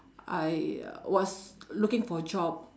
I uh was looking for a job